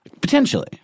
potentially